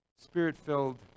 spirit-filled